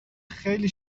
خیلی